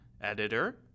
editor